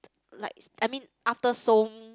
like I mean after so